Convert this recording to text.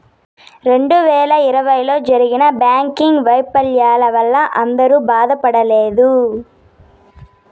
రెండు వేల ఇరవైలో జరిగిన బ్యాంకింగ్ వైఫల్యాల వల్ల అందరూ బాధపడలేదు